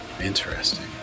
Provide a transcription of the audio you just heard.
Interesting